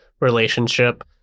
relationship